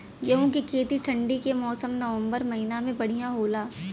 गेहूँ के खेती ठंण्डी के मौसम नवम्बर महीना में बढ़ियां होला?